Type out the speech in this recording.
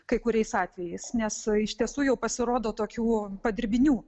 kai kuriais atvejais nes iš tiesų jau pasirodo tokių padirbinių